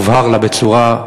הובהר לה חד-משמעית,